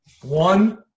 one